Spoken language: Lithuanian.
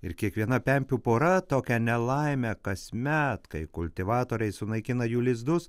ir kiekviena pempių pora tokią nelaimę kasmet kai kultivatoriai sunaikina jų lizdus